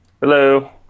Hello